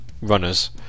Runners